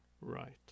right